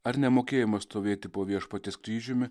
ar nemokėjimas stovėti po viešpaties kryžiumi